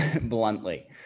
bluntly